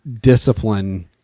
discipline